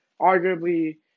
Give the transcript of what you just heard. arguably